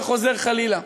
וחוזר חלילה.